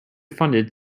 funded